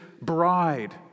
bride